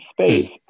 space